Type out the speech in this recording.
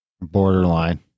borderline